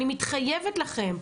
אני מתחייבת לכן,